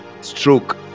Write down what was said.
stroke